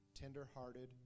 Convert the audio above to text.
tender-hearted